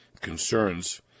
concerns